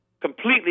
completely